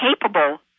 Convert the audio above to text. capable